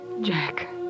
Jack